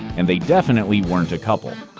and they definitely weren't a couple.